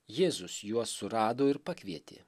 jėzus juos surado ir pakvietė